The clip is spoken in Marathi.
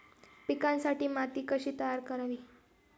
पिकांसाठी माती कशी तयार करावी?